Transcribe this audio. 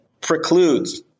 precludes